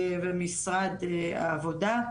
משרד העבודה,